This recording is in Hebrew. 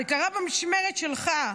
זה קרה במשמרת שלך.